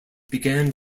began